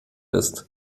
ist